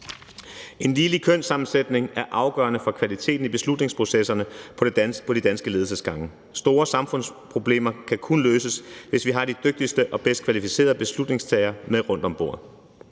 En ligelig kønssammensætning er afgørende for kvaliteten i beslutningsprocesserne på de danske ledelsesgange. Store samfundsproblemer kan kun løses, hvis vi har de dygtigste og bedst kvalificerede beslutningstagere med rundt om bordet.